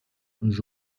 camps